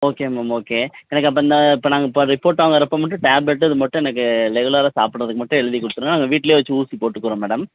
okay ma'am okay எனக்கு அப்போ இந்த இப்போ நாங்கள் ரிப்போர்ட் வாங்கிறப்போ மட்டும் டேப்ளட் இது மட்டும் எனக்கு ரெகுலராக சாப்பிட்றதுக்கு மட்டும் எழுதிக் கொடுத்துருங்க நாங்கள் வீட்டிலே வச்சு ஊசி போட்டுக்கிறோம் மேடம்